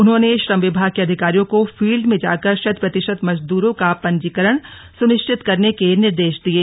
उन्होंने श्रम विभाग के अधिकारियों को फील्ड में जाकर शतप्रतिशत मजदूरों का पंजीकरण सुनिश्चित करने के निर्देश दिये